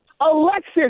Alexis